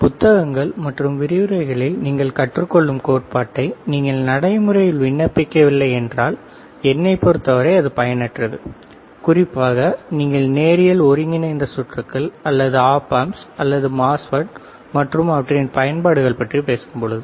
புத்தகங்களில் மற்றும் விரிவுரைகளில் நீங்கள் கற்றுக் கொள்ளும் கோட்பாட்டை நீங்கள் நடைமுறையில் விண்ணப்பிக்கவில்லை என்றால் என்னைப் பொறுத்தவரை அது பயனற்றது குறிப்பாக நீங்கள் நேரியல் ஒருங்கிணைந்த சுற்றுகள் அல்லது ஒப் ஆம்ப்ஸ் அல்லது மோஸ்ஃபெட் மற்றும் அவற்றின் பயன்பாடுகள் பற்றிப் பேசும்போது